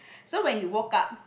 so when he woke up